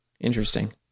Interesting